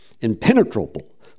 impenetrable